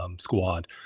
squad